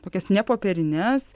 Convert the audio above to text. tokias ne popierines